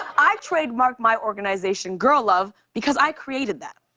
i trademarked my organization girl love because i created that.